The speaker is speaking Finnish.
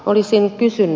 olisin kysynyt